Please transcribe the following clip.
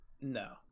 No